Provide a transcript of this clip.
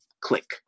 click